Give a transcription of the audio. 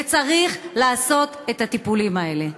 וצריך לעשות את הטיפולים האלה.